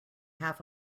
half